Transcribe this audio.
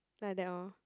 like that orh